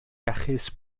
iachus